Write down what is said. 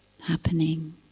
happening